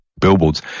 billboards